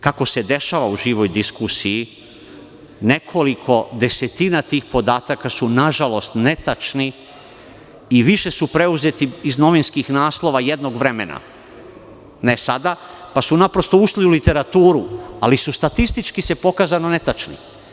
Kako se dešava u živoj diskusiji, nekoliko desetina tih podataka su nažalost netačni i više su preuzeti iz novinskih naslova jednog vremena, ne sada, pa su naprosto ušli u literaturu, ali su statistički netačni.